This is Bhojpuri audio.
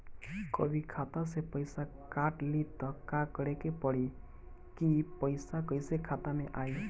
कभी खाता से पैसा काट लि त का करे के पड़ी कि पैसा कईसे खाता मे आई?